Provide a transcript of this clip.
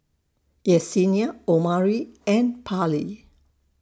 Yessenia Omari and Parley